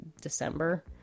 December